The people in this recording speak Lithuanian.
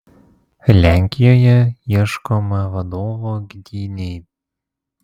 lenkijoje ieškoma vadovo gdynei